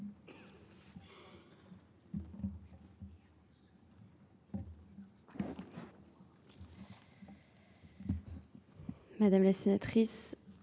Madame la Sénatrice,